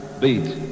Beat